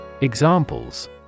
examples